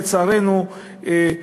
לצערנו,